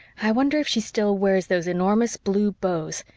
i wonder if she still wears those enormous blue bows,